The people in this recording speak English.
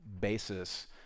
basis